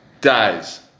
dies